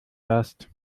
warst